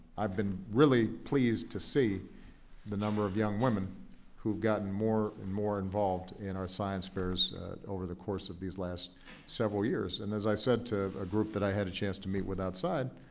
i've been really pleased to see the number of young women who have gotten more and more involved in our science fairs over the course of these last several years. and as i said to a group that i had a chance to meet with outside,